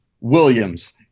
Williams